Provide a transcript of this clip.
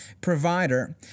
provider